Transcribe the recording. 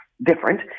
Different